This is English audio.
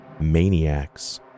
maniacs